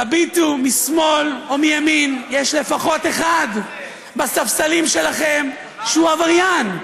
תביטו משמאל ומימין: יש לפחות אחד בספסלים שלכם שהוא עבריין,